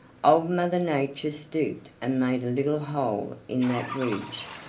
old mother nature stooped and made a little hole in that ridge.